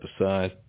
aside